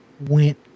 went